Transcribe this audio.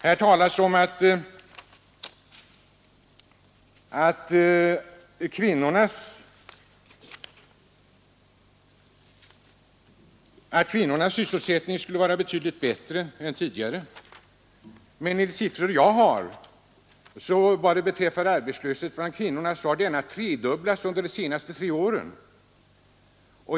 Här talas om att kvinnornas sysselsättningsläge skulle vara betydligt bättre än tidigare, men enligt de siffror jag har vad beträffar arbetslösheten bland kvinnorna har denna tredubblats under de tre senaste åren.